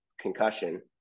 concussion